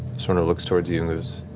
soorna looks towards you and goes,